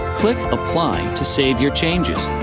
click apply to save your changes.